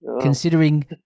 considering